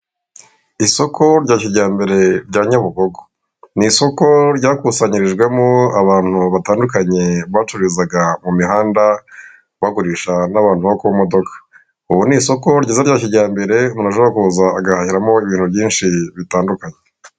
Isoko rya kijyambere rya Nyabugogo, ni isoko ryakusanyirijwemo abantu batandukanye bacururizaga mu mihanda, bagurisha n'abantu bo ku modoka. Ubu ni isoko ryiza rya kijyambere umuntu ashobora kuza agahahiramo ibintu byinshi bitandukanye.